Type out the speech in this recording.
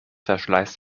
verschleißt